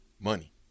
Money